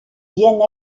bien